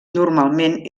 normalment